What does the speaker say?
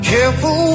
Careful